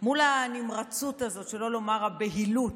מול הנמרצות הזאת, שלא לומר הבהילות,